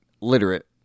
literate